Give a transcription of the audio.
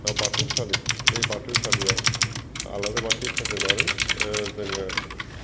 बाथौसालि बै बाथौसालियाव आलारि बाथि फोजोंनानै जोङो